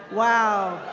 wow.